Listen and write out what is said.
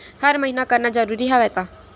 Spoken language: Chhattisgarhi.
हर महीना करना जरूरी हवय का?